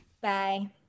Bye